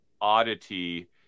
oddity